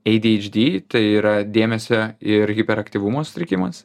ei di eidž di tai yra dėmesio ir hiperaktyvumo sutrikimas